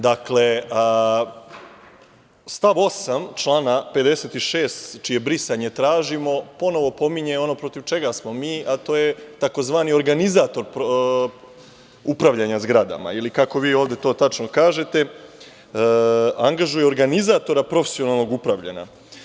Dakle, stav 8. člana 56. čije brisanje tražimo ponovo pominje ono protiv čega smo mi, a to je tzv. organizator upravljanja zgradama ili kako vi ovde to tačno kažete – angažuju organizatora profesionalnog upravljanja.